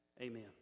Amen